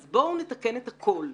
אז בואו נתקן את הכול.